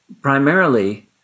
Primarily